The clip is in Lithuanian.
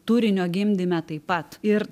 turinio gimdyme taip pat ir